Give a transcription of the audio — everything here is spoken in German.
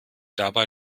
dabei